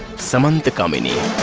samanthakamani!